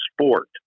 sport